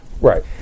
Right